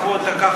מכרו אותה ככה.